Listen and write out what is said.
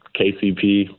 KCP